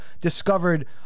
Discovered